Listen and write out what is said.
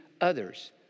others